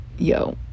yo